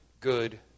good